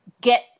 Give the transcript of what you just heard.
get